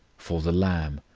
for the lamb,